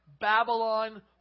Babylon